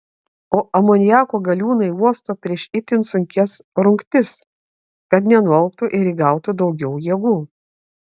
o amoniako galiūnai uosto prieš itin sunkias rungtis kad nenualptų ir įgautų daugiau jėgų